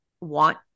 want